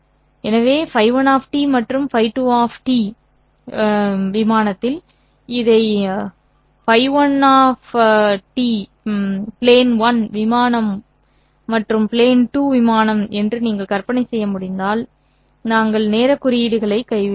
எனவே Ф 1 மற்றும் Ф plane 2 விமானத்தில் இதை plane 1 விமானம் மற்றும் plane plane 2 விமானம் என்று நீங்கள் கற்பனை செய்ய முடிந்தால் நாங்கள் நேரக் குறியீடுகளை கைவிடுவோம்